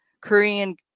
Korean